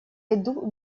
иду